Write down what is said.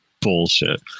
bullshit